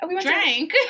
drank